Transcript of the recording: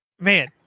man